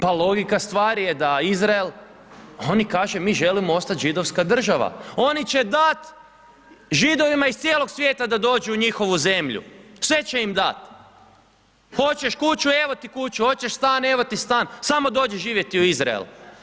Pa logika stvari je da Izrael, oni kažu mi želimo ostati židovska država, oni će dat' Židovima iz cijelog svijeta da dođu u njihovu zemlju, sve će im dat', hoćeš kuću?, evo ti kuću, hoćeš stan?, evo ti stan, samo doći živjeti u Izrael.